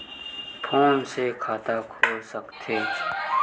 Phone से खाता खुल सकथे?